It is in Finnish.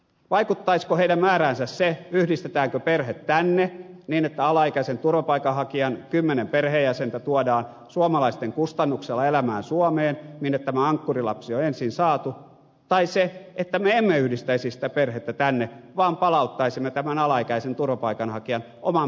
vaikuttaisiko heidän määräänsä se yhdistetäänkö perhe tänne niin että alaikäisen turvapaikanhakijan kymmenen perheenjäsentä tuodaan suomalaisten kustannuksella elämään suomeen minne tämä ankkurilapsi on ensin saatu tai se että me emme yhdistäisi sitä perhettä tänne vaan palauttaisimme tämän alaikäisen turvapaikanhakijan oman perheensä luokse